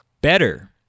better